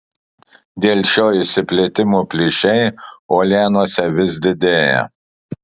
dėl šio išsiplėtimo plyšiai uolienose vis didėja